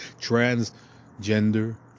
Transgender